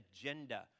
agenda